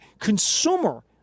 consumer